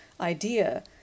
idea